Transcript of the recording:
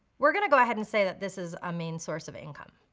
we're gonna go ahead and say that this is a main source of income.